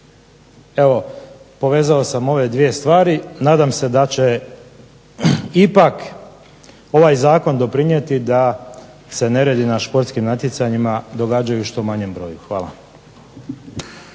Evo povezao sam ove dvije stvari, nadam se da će ipak ovaj zakon doprinijeti da se neredi na športskim natjecanjima događaju u što manjem broju. Hvala.